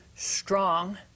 strong